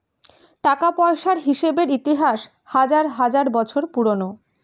টাকা পয়সার হিসেবের ইতিহাস হাজার হাজার বছর পুরোনো